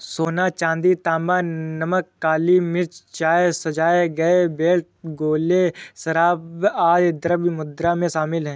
सोना, चांदी, तांबा, नमक, काली मिर्च, चाय, सजाए गए बेल्ट, गोले, शराब, आदि द्रव्य मुद्रा में शामिल हैं